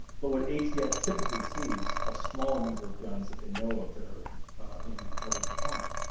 but what atf typically sees are smaller number of guns that they know of that are being recovered in crime.